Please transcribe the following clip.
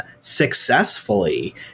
successfully